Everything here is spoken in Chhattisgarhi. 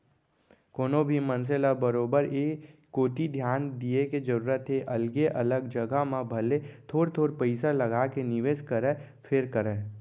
कोनो भी मनसे ल बरोबर ए कोती धियान दिये के जरूरत हे अलगे अलग जघा म भले थोर थोर पइसा लगाके निवेस करय फेर करय